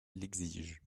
l’exige